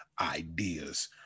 ideas